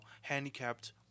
handicapped